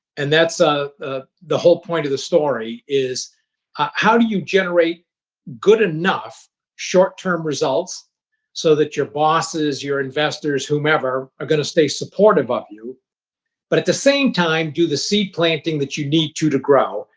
and that's ah ah the whole point of the story is how you generate good enough short-term results so that your bosses, your investors, whomever are going to stay supportive of you but, at the same time, do the seed planting that you need to, to grow.